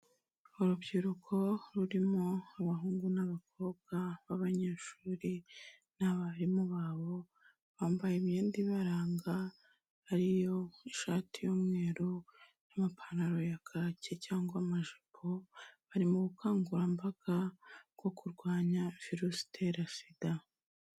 Urubyiruko rurimo abahungu n'abakobwa b'abanyeshuri n'abarimu babo, bambaye imyenda ibaranga ariyo ishati y'umweru n'amapantaro ya kaki cyangwa amajipo, bari mu bukangurambaga bwo kurwanya virusi itera SIDA.